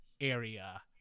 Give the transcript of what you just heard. area